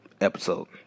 episode